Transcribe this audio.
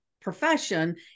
profession